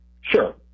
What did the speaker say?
Sure